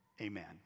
Amen